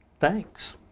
thanks